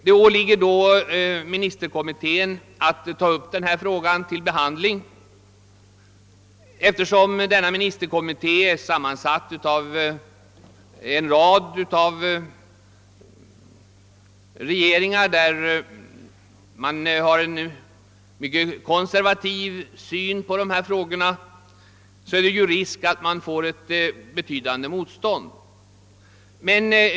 Det åligger då ministerkommittén att ta upp frågan till behandling. Eftersom denna ministerkommitté är sammansatt av representanter från en rad regeringar där man har en mycket konservativ syn på dessa frågor är det risk för ett betydande motstånd.